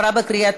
נתקבלה.